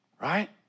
Right